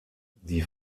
die